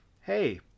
hey